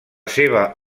seva